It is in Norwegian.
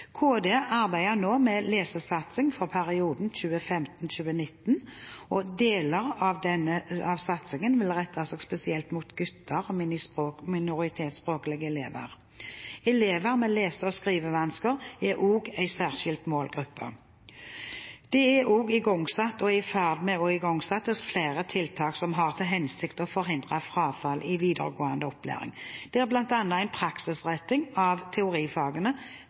Kunnskapsdepartementet arbeider nå med lesesatsing for perioden 2015–2019, og deler av satsingen vil rette seg spesielt mot gutter og minoritetsspråklige elever. Elever med lese- og skrivevansker er også en særskilt målgruppe. Det er også igangsatt, og i ferd med å igangsettes, flere tiltak som har til hensikt å forhindre frafall i videregående opplæring, der bl.a. en praksisretting av teorifagene